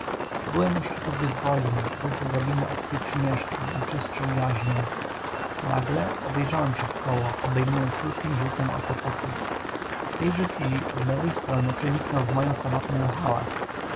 byłem u szczytu wyzwolin bez odrobiny obcej przymieszki najczystszą jaźnią nagle obejrzałem się wkoło obejmując krótkim rzutem oka pokój w tejże chwili od lewej strony przeniknął w moją samotnię hałas